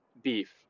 beef